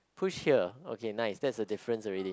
push here okay nice that's the difference already